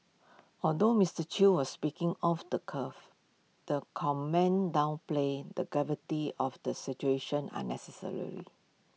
although Mister chew was speaking off the cuff the comment downplays the gravity of the situation unnecessarily